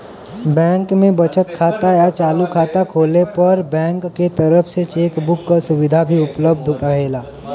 bank में बचत खाता या चालू खाता खोलले पर बैंक के तरफ से चेक बुक क सुविधा भी उपलब्ध रहेला